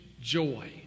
joy